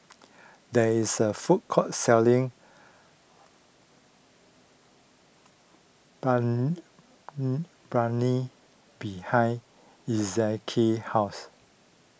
there is a food court selling behind Ezekiel's house